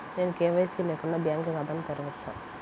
నేను కే.వై.సి లేకుండా బ్యాంక్ ఖాతాను తెరవవచ్చా?